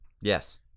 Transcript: Yes